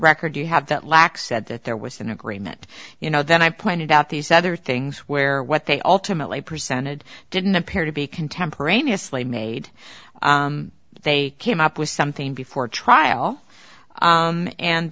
record you have that lack said that there was an agreement you know then i pointed out these other things where what they ultimately presented didn't appear to be contemporaneously made they came up with something before trial